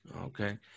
Okay